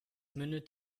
mündet